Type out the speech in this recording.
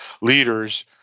leaders